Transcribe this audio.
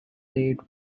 date